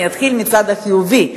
אני אתחיל מהצד החיובי,